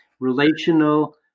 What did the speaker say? Relational